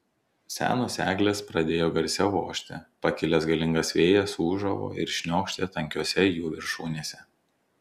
senos eglės pradėjo garsiau ošti pakilęs galingas vėjas ūžavo ir šniokštė tankiose jų viršūnėse